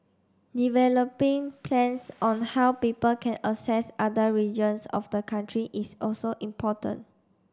developing plans on how people can access other regions of the country is also important